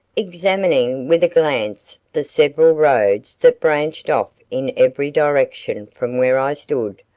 examining with a glance the several roads that branched off in every direction from where i stood,